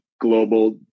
global